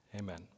Amen